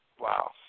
Wow